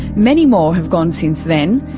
many more have gone since then,